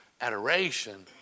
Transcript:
adoration